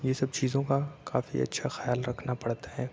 یہ سب چیزوں کا کافی اچھا خیال رکھنا پڑتا ہے